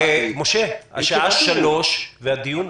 משה אבוטבול, השעה 3 והדיון נגמר.